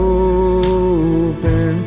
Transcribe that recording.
open